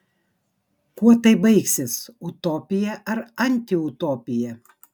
kuo tai baigsis utopija ar antiutopija